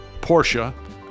Porsche